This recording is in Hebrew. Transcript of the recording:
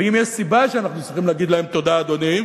ואם יש סיבה שאנחנו צריכים להגיד להם תודה, אדוני,